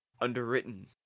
underwritten